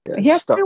Yes